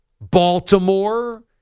Baltimore